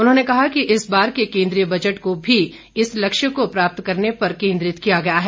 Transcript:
उन्होंने कहा कि इस बार के केन्द्रीय बजट को भी इस लक्ष्य को प्राप्त करने पर केन्द्रित किया गया है